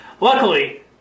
Luckily